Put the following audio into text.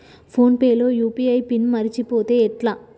Phone pay లో UPI PIN మరచిపోతే ఎట్లా?